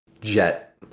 jet